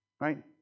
Right